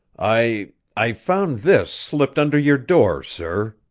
i i found this slipped under your door, sir,